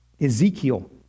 Ezekiel